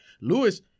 Lewis